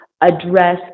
address